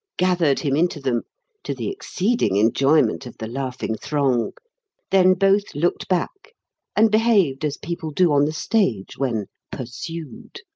gathered him into them to the exceeding enjoyment of the laughing throng then both looked back and behaved as people do on the stage when pursued,